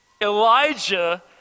Elijah